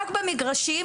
רק במגרשים,